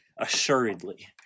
assuredly